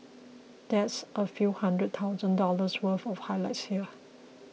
that's a few hundred thousand dollars worth of highlights here